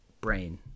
brain